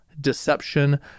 deception